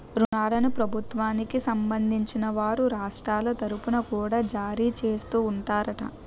ఋణాలను ప్రభుత్వానికి సంబంధించిన వారు రాష్ట్రాల తరుపున కూడా జారీ చేస్తూ ఉంటారట